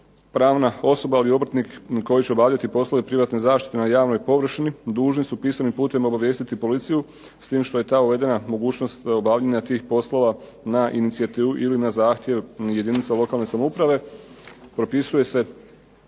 Pravna osoba ili obrtnik koji će obavljati poslove privatne zaštite na javnoj površini dužni su pisanim putem obavijestiti policiju s tim što je ta uvedena mogućnost obavljanja tih poslova na inicijativu ili na zahtjev jedinica lokalne samouprave. Propisuje se